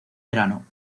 verano